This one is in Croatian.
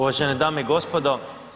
Uvažene dame i gospodo.